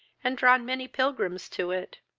and drawn many pilgrims to it.